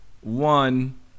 one